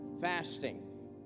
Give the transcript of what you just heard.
fasting